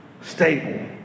stable